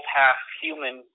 half-human